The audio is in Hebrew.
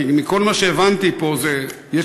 כי מכל מה שהבנתי פה יש מדיניות,